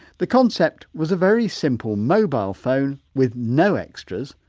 the concept was a very simple mobile phone with no extras,